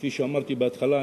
כפי שאמרתי בהתחלה.